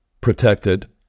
protected